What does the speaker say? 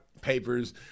papers